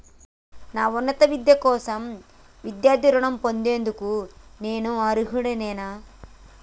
నా ఉన్నత విద్య కోసం విద్యార్థి రుణం పొందేందుకు నేను అర్హుడినేనా?